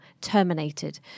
terminated